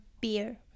beer